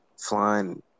flying